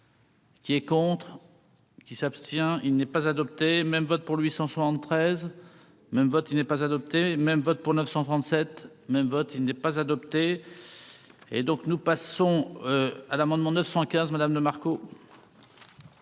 Qui est contre. Qui s'abstient, il n'est pas adopté même vote pour 873 même vote il n'est pas adopté même vote pour 937 même vote il n'est pas adopté et donc nous passons à l'amendement 915 madame Dumas.